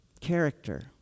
Character